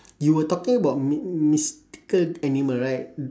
you were talking about my~ mystical animal right